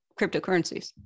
cryptocurrencies